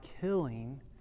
killing